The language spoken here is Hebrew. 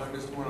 חבר הכנסת מולה,